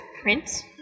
print